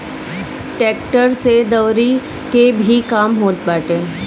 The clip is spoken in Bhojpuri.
टेक्टर से दवरी के भी काम होत बाटे